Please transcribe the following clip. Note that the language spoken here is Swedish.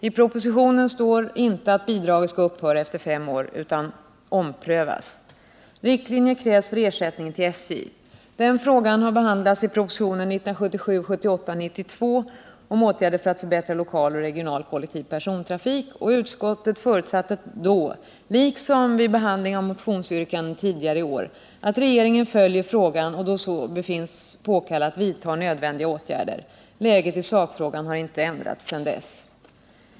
— I propositionen står det inte att bidraget skall upphöra efter fem år, utan att det då skall omprövas. Riktlinjer krävs för ersättningen till SJ. — Den frågan har behandlats i propositionen 1978/79:92 om åtgärder för att förbättra lokal och regional kollektiv persontrafik. Utskottet förutsatte då, liksom vid behandlingen av motionsyrkanden tidigare i år, att regeringen följer frågan och då så befinns påkallat vidtar nödvändiga åtgärder. Läget i sakfrågan har inte ändrats sedan dess.